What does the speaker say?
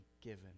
given